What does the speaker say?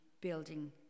building